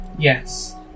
Yes